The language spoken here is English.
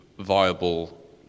Viable